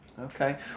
Okay